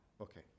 Okay